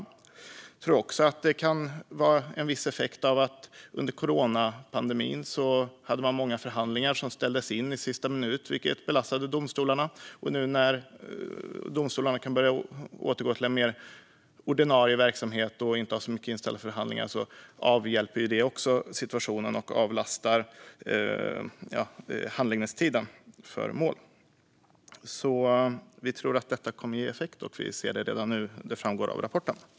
Jag tror också att en effekt kan vara att man under coronapandemin hade många förhandlingar som ställdes in i sista minuten, vilket belastade domstolarna. Nu när domstolarna kan börja återgå till en mer ordinarie verksamhet och inte har så många inställda förhandlingar avhjälper det också situationen och minskar handläggningstiden för mål. Vi tror att detta kommer att ge effekt. Vi ser det redan nu, och det framgår av rapporten.